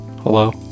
Hello